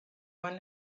one